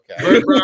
Okay